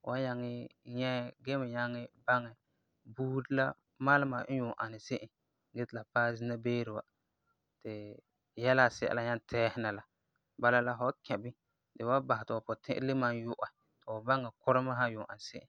fu wan nyaŋɛ nyɛ gee me nyaŋɛ baŋɛ buuri la malema n yuum ani se'em gee ti la paɛ zina beere wa ti yɛla asi'a la nyaa tɛɛsena la, bala la fu san kɛ bini di wan basɛ ti fu puti'irɛ le malum yu'ɛ ti fu baŋɛ kuremi yɛla n yuum ani se'em.